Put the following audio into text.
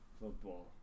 football